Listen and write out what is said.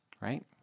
Right